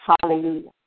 Hallelujah